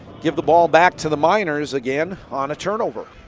give the ball back to the miners again on a turnover.